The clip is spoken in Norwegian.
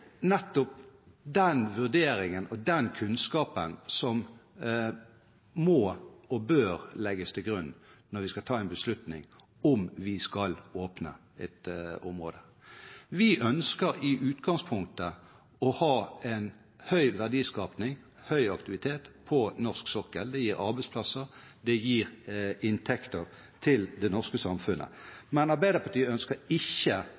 nettopp den vurderingen og den kunnskapen som må og bør legges til grunn når vi skal ta en beslutning om vi skal åpne et område. Vi ønsker i utgangspunktet å ha en høy verdiskaping og høy aktivitet på norsk sokkel. Det gir arbeidsplasser, og det gir inntekter til det norske samfunnet. Men Arbeiderpartiet ønsker ikke